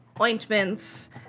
ointments